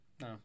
No